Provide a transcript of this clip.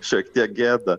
šiek tiek gėda